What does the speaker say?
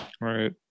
Right